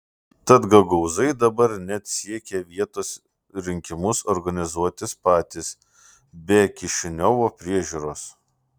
tad gagaūzai dabar net siekia vietos rinkimus organizuotis patys be kišiniovo priežiūros